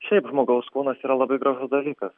šiaip žmogaus kūnas yra labai gražus dalykas